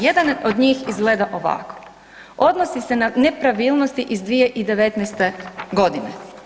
Jedan od njih izgleda ovako, odnosi se na nepravilnosti iz 2019. godine.